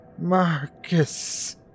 Marcus